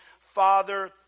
Father